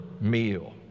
meal